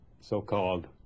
so-called